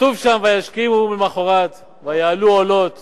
כתוב שם: וישכימו ממחרת ויעלו עולות